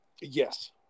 yes